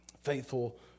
Faithful